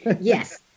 Yes